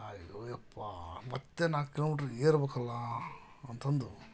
ಅಯ್ಯೋ ಯಪ್ಪಾ ಮತ್ತೆ ನಾಲ್ಕು ಕಿಲೋಮೀಟ್ರ್ ಏರಬೇಕಲ್ಲ ಅಂತಂದು